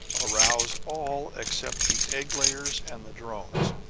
arouse all except the egg-layers and the drones.